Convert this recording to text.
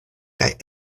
kaj